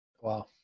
Wow